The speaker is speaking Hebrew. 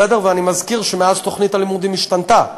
ואני מזכיר שמאז תוכנית הלימודים השתנתה,